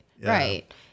Right